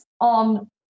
on